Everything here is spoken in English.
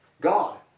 God